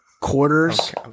quarters